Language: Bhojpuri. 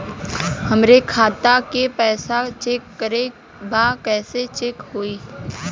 हमरे खाता के पैसा चेक करें बा कैसे चेक होई?